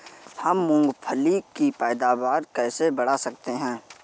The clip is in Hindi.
हम मूंगफली की पैदावार कैसे बढ़ा सकते हैं?